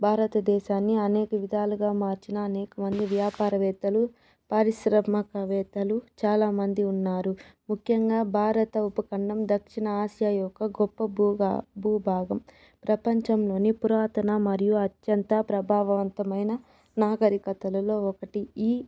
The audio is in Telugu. భారతదేశాన్ని అనేక విధాలుగా మార్చిన అనేకమంది వ్యాపారవేత్తలు పారిశ్రమకవేత్తలు చాలామంది ఉన్నారు ముఖ్యంగా భారత ఉపఖండం దక్షిణ ఆసియా యొక్క గొప్ప భూగా భూభాగం ప్రపంచంలోని పురాతన మరియు అత్యంత ప్రభావంతమైన నాగరికతలలో ఒకటి ఈ